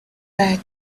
back